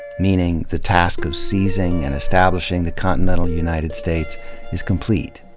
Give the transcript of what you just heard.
meaning, the task of seizing and establishing the continental united states is complete.